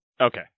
Okay